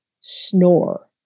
snore